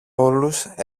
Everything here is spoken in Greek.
όλους